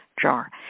jar